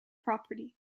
property